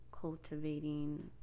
cultivating